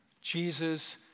Jesus